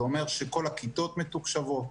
זה אומר כל הכיתות מתוקשרות,